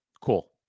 cool